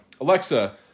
Alexa